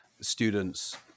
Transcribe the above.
students